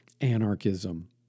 anarchism